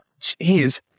jeez